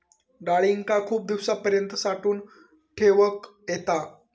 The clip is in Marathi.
डाळींका खूप दिवसांपर्यंत साठवून ठेवक येता